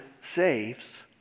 saves